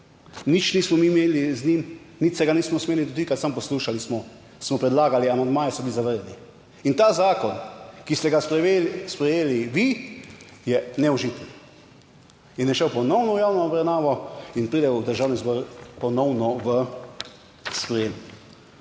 Nič nismo mi imeli z njim, nič se ga nismo smeli dotikati, samo poslušali smo, smo predlagali, amandmaji so bili zavrnjeni in ta zakon, ki ste ga sprejeli, sprejeli vi, je neužiten in je šel ponovno v javno obravnavo in pride v Državni zbor ponovno v sprejem.